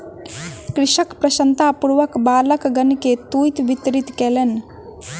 कृषक प्रसन्नतापूर्वक बालकगण के तूईत वितरित कयलैन